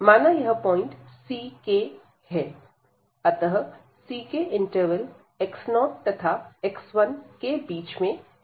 माना यह point ck है अतः ck इंटरवल x0 तथा x1 के बीच में है